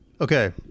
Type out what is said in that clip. Okay